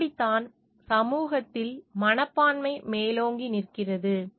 அப்படித்தான் சமூகத்தில் மனப்பான்மை மேலோங்கி நிற்கிறது